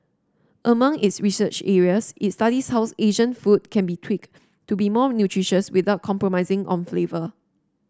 among its research areas it studies house Asian food can be tweak to be more nutritious without compromising on flavour